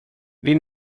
vill